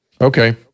Okay